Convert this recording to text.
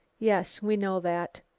yes, we know that.